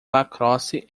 lacrosse